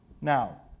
Now